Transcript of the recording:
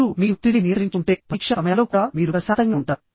మీరు మీ ఒత్తిడిని నియంత్రించుకుంటే పరీక్షా సమయాల్లో కూడా మీరు ప్రశాంతంగా ఉంటారు